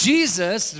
Jesus